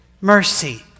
mercy